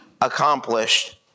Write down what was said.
accomplished